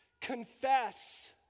confess